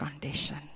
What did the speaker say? condition